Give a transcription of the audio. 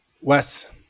wes